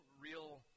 real